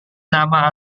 nama